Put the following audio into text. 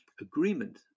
agreement